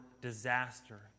disaster